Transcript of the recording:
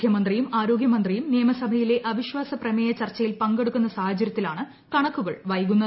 മുഖ്യമന്ത്രിയും ആരോഗ്യമന്ത്രിയും നിയമസഭ യിലെ അവിശ്വാസപ്രമേയ ചർച്ചയിൽ പങ്കെടുക്കുന്ന സാഹചര്യത്തിലാണ് കണക്കുകൾ വൈകുന്നത്